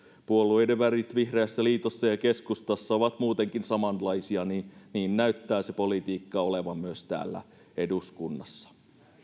puolueiden värit vihreässä liitossa ja keskustassa ovat muutenkin samanlaisia niin niin näyttää samanlaista se politiikka olevan myös täällä eduskunnassa